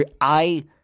I-